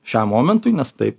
šiam momentui nes tai